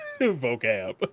vocab